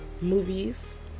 movies